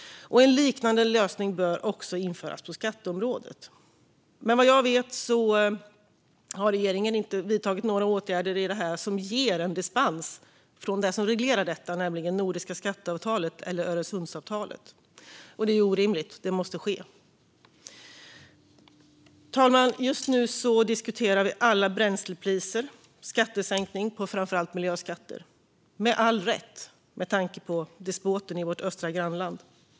En liknande lösning bör också införas på skatteområdet. Men vad jag vet har regeringen inte vidtagit några åtgärder som ger en dispens från det som reglerar detta, nämligen nordiska skatteavtalet eller Öresundsavtalet. Det är orimligt; det måste ske. Fru talman! Just nu diskuterar vi bränslepriser och sänkning av framför allt miljöskatter - med all rätt, med tanke på despoten i vårt östra grannland.